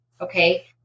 Okay